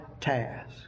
task